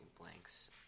blanks